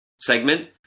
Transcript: segment